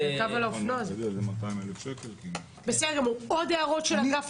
עוד הערות של אגף